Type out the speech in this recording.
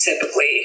typically